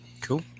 Cool